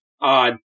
odd